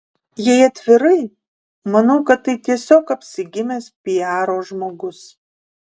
jei atvirai manau kad tai tiesiog apsigimęs piaro žmogus